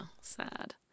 sad